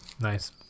Nice